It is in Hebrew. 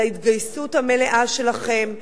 על ההתגייסות המלאה שלכם,